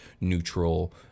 neutral